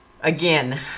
again